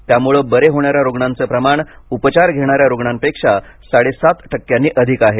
त्यामुळे बरे होणाऱ्या रुग्णाचं प्रमाण उपचार घेणाऱ्या रुग्णांपेक्षा साडेसात टक्क्यांनी अधिक आहे